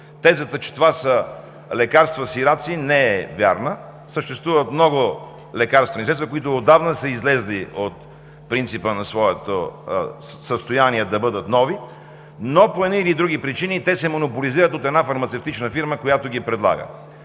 Тезата, че това са лекарства „сираци“ не е вярна. Съществуват много лекарствени средства, които отдавна са излезли от принципа на своето състояние да бъдат нови, но по едни или други причини те се монополизират от една фармацевтична фирма, която ги предлага.